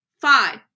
Five